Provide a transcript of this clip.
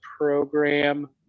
program